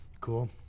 Cool